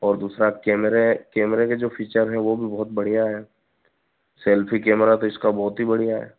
और दूसरा कैमरे कैमरे का जो फीचर हैं वह भी बहुत बढ़िया है सेल्फी कैमरा तो इसका बहुत ही बढ़िया है